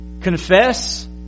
Confess